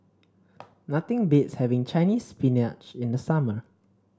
nothing beats having Chinese Spinach in the summer